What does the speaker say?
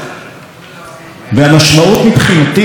והמשמעות, מבחינתי, של נכשל: